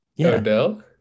Odell